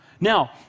Now